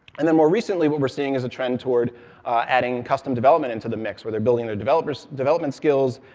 and then, more recently, what we're seeing is a trend toward adding custom development into the mix, where they're building their development development skills,